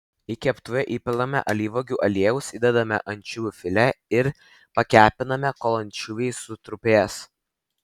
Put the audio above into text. į keptuvę įpilame alyvuogių aliejaus įdedame ančiuvių filė ir pakepiname kol ančiuviai sutrupės